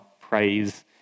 praise